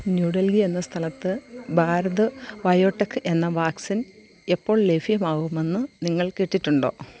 new Delhi എന്ന സ്ഥലത്ത് Bharat Biotech എന്ന വാക്സിൻ എപ്പോൾ ലഭ്യമാകുമെന്ന് നിങ്ങൾ കേട്ടിട്ടുണ്ടോ